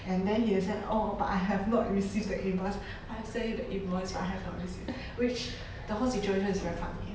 and then he will say oh but I have not received the invoice I have sent you the invoice but have not received which the whole situation is very funny